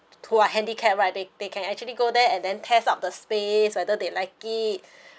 to a handicapped right they they can actually go there and then test up the space whether they like it